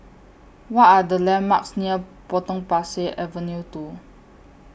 What Are The landmarks near Potong Pasir Avenue two